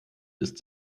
ist